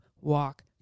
walk